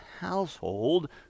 household